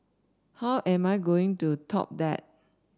how am I going to top that